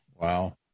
wow